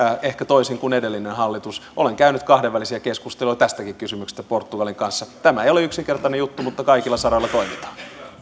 ehkä toisin kuin edellinen hallitus olen käynyt kahdenvälisiä keskusteluja tästäkin kysymyksestä portugalin kanssa tämä ei ole yksinkertainen juttu mutta kaikilla saroilla toimitaan